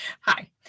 Hi